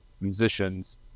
musicians